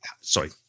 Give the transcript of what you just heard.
sorry